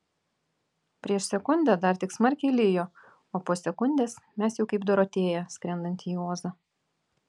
prieš sekundę dar tik smarkiai lijo o po sekundės mes jau kaip dorotėja skrendanti į ozą